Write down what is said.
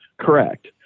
correct